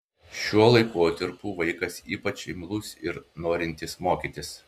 šiuo laikotarpiu vaikas ypač imlus ir norintis mokytis